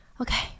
Okay